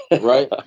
Right